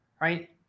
right